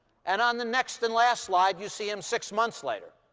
and on the next and last slide, you see him six months later.